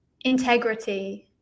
integrity